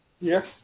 Yes